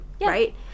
right